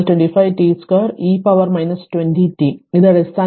അതിനാൽ ഇത് അടിസ്ഥാനപരമായി 0